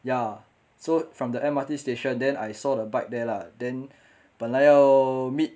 ya so from the M_R_T station then I saw the bike there lah then 本来要 meet